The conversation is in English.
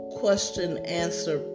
question-answer